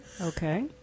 okay